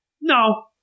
No